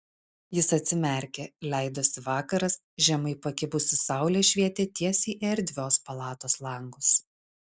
jis atsimerkė leidosi vakaras žemai pakibusi saulė švietė tiesiai į erdvios palatos langus